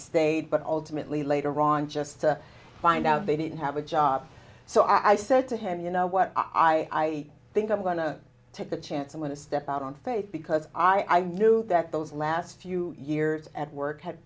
stayed but ultimately later on just to find out they didn't have a job so i said to him you know what i think i'm going to take the chance i'm going to step out on faith because i knew that those last few years at work had